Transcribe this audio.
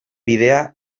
bidea